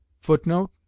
footnote